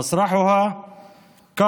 / הבמה נערכה בכפר ושמו 'כפר